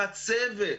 בחצבת,